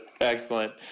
Excellent